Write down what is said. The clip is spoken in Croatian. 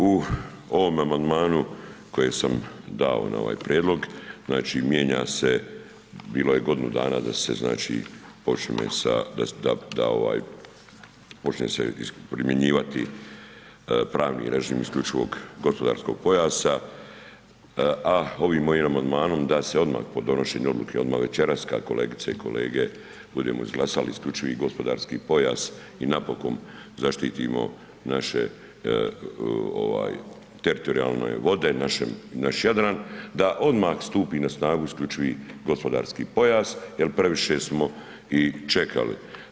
U ovome amandmanu koji sam dao na ovaj prijedlog, znači mijenja se, bilo je godinu dana da se znači da počne se primjenjivati pravni režime isključivog gospodarskog pojasa a ovim mojim amandmanom da se odmah po donošenju odluke, odmah večeras kad kolegice i kolege budemo izglasali isključivi gospodarski pojas i napokon zaštitimo naše teritorijalne vode, naš Jadran, da odmah stupi na snagu isključivi gospodarski pojas jer previše smo i čekali.